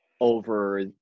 over